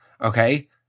okay